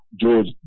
George